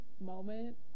moment